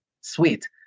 sweet